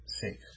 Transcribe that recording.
safe